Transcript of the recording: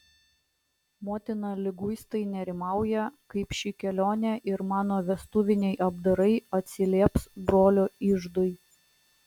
motina liguistai nerimauja kaip ši kelionė ir mano vestuviniai apdarai atsilieps brolio iždui